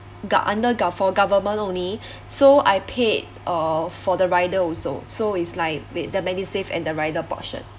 gov~ under gov~ for government only so I paid uh for the rider also so is like with the medisave and the rider portion